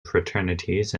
fraternities